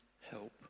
help